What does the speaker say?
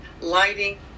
lighting